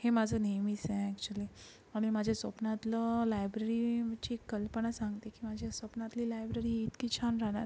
हे माझं नेहमीचं आहे अॅक्च्युअली आम्ही माझ्या स्वप्नातलं लायब्ररीची कल्पना सांगते की माझ्या स्वप्नातली लायब्ररी इतकी छान राहणार